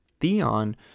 Theon